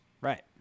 right